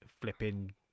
flipping